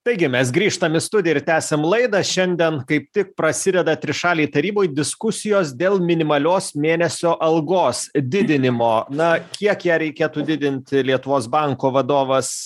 taigi mes grįžtam į studiją ir tęsiam laidą šiandien kaip tik prasideda trišalėj taryboj diskusijos dėl minimalios mėnesio algos didinimo na kiek ją reikėtų didinti lietuvos banko vadovas